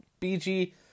BG